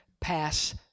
pass